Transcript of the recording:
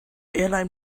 airline